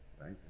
right